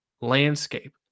landscape